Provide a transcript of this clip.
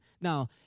Now